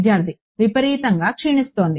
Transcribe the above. విద్యార్థి విపరీతంగా క్షీణిస్తోంది